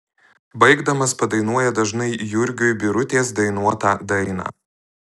baigdamas padainuoja dažnai jurgiui birutės dainuotą dainą